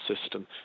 system